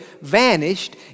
vanished